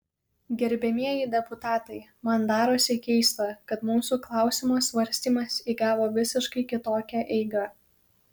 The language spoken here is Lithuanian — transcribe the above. gerbiamieji deputatai man darosi keista kad mūsų klausimo svarstymas įgavo visiškai kitokią eigą